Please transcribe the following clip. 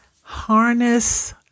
harness